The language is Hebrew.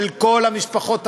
של כל המשפחות הצעירות,